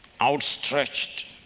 outstretched